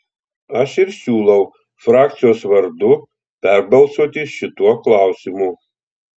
aš ir siūlau frakcijos vardu perbalsuoti šituo klausimu